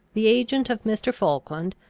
the agent of mr. falkland,